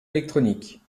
électronique